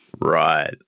Right